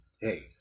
Hey